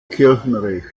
kirchenrecht